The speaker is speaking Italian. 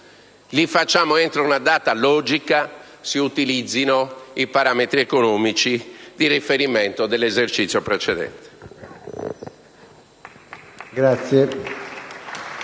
in tempo, entro una data logica, si utilizzano i parametri economici di riferimento dell'esercizio precedente.